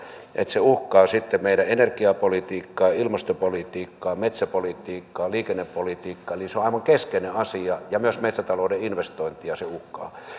että se uhkaa meidän energiapolitiikkaamme ilmastopolitiikkaamme metsäpolitiikkaamme ja liikennepolitiikkaamme eli se on aivan keskeinen asia ja myös metsätalouden investointeja se uhkaa